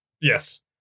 Yes